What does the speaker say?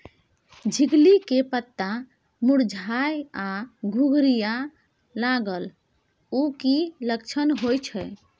झिंगली के पत्ता मुरझाय आ घुघरीया लागल उ कि लक्षण होय छै?